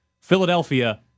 Philadelphia